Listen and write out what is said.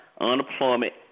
unemployment